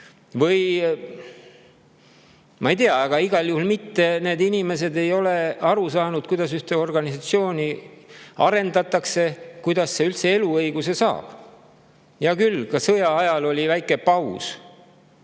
Ma ei tea, igal juhul need inimesed ei ole aru saanud, kuidas ühte organisatsiooni arendatakse või kuidas see üldse eluõiguse saab. Hea küll, ka sõja ajal oli Estonia